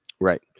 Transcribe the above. Right